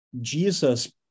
Jesus